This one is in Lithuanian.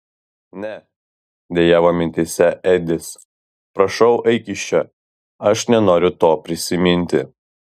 ne dejavo mintyse edis prašau eik iš čia aš nenoriu to prisiminti